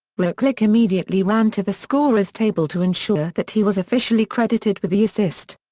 ruklick immediately ran to the scorer's table to ensure that he was officially credited with the assist.